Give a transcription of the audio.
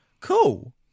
Cool